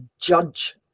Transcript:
judge